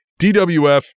DWF